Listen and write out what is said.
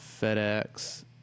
FedEx